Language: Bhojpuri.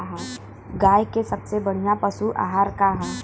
गाय के सबसे बढ़िया पशु आहार का ह?